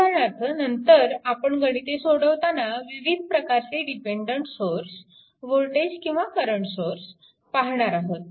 उदाहरणार्थ नंतर आपण गणिते सोडवताना विविध प्रकारचे डिपेन्डन्ट सोर्स वोल्टेज किंवा करंट सोर्स पाहणार आहोत